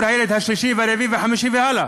הילד השלישי והרביעי והחמישי והלאה,